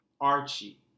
Archie